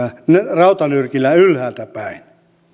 rautanyrkillä ylhäältäpäin